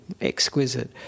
exquisite